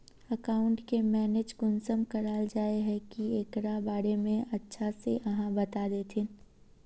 Account के manage कुंसम कराल जाय है की एकरा बारे में अच्छा से आहाँ बता देतहिन?